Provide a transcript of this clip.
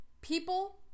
People